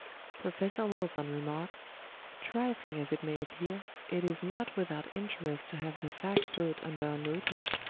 professor wilson remarks trifling as it may appear, it is not without interest to have the fact brought under our notice,